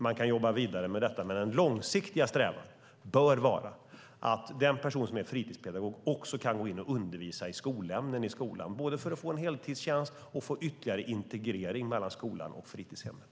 Man kan jobba vidare med detta, men den långsiktiga strävan bör vara att den person som är fritidspedagog också kan gå in och undervisa i skolämnen i skolan, både för att få en heltidstjänst och för att få ytterligare integrering mellan skolan och fritidshemmet.